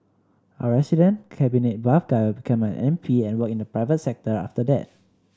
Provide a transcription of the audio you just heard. our resident cabinet buff guy will become an M P and work in the private sector after that